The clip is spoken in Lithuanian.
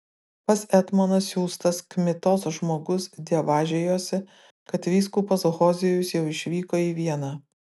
pas etmoną siųstas kmitos žmogus dievažijosi kad vyskupas hozijus jau išvyko į vieną